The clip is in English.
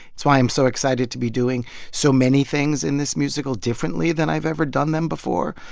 it's why i'm so excited to be doing so many things in this musical differently than i've ever done them before.